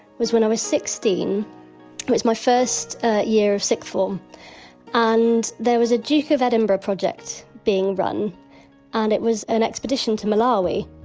was when i was sixteen, it but was my first year of sixth form and there was a duke of edinburgh project being run and it was an expedition to malawi.